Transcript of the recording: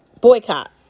Boycott